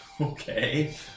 Okay